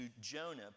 Jonah